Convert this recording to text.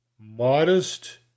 modest